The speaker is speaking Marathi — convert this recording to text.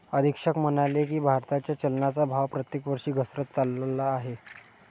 अधीक्षक म्हणाले की, भारताच्या चलनाचा भाव प्रत्येक वर्षी घसरत चालला आहे